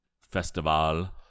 Festival